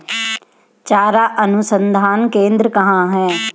चारा अनुसंधान केंद्र कहाँ है?